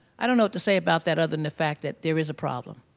i don't know what to say about that other than the fact that there is a problem.